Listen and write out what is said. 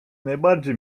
najbardziej